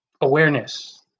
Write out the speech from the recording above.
awareness